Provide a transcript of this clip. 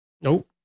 Nope